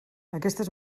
aquestes